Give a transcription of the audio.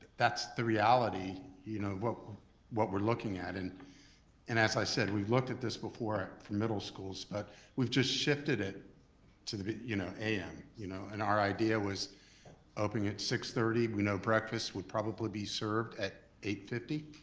that's the reality you know of what we're looking at. and and as i said, we looked at this before for middle schools but we've just shifted it to the you know a m. you know and our idea was opening at six thirty. we know breakfast would probably be served at eight fifty